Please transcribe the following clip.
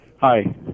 Hi